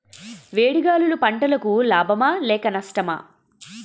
వేడి గాలులు పంటలకు లాభమా లేక నష్టమా?